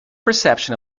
perception